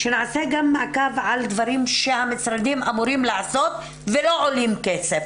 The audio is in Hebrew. שנעשה גם מעקב על דברים שהמשרדים אמורים לעשות ולא עולים כסף,